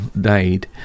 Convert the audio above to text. died